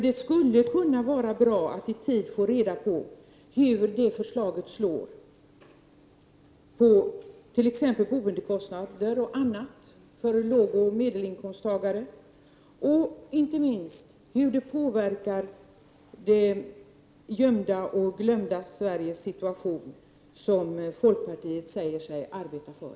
Det skulle vara bra att i tid få reda på hur det förslaget slår på t.ex. boendekostnader för lågoch medelinkomsttagare och inte minst hur det påverkar situationen för dem i det gömda och glömda Sverige, några som folkpartiet säger sig arbeta för.